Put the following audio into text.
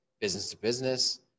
business-to-business